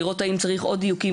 לראות האם צריך עוד דיוקים.